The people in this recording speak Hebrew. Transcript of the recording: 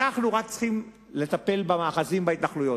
אנחנו רק צריכים לטפל במאחזים ובהתנחלויות.